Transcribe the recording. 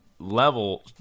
level